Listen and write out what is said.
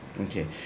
okay